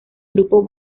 grupo